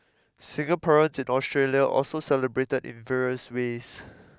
Singaporeans in Australia also celebrated in various ways